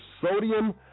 sodium